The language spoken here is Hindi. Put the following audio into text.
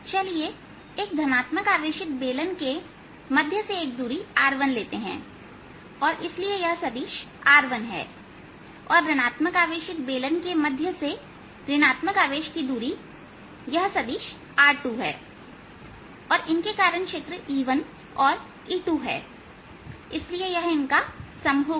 चलिए एक धनात्मक आवेशित बेलन के मध्य से एक दूरी R1लेते हैं और इसलिए यह सदिश R1 है और ऋण आत्मक आवेशित बेलन के मध्य से ऋण आत्मक आवेश की दूरी चलिए यह सदिश R2 है और इनके कारण क्षेत्र E1 और E2इसलिए यह इनका सम होगा